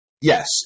Yes